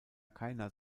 keiner